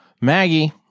Maggie